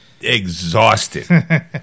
exhausted